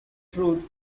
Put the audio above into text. truth